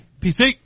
PC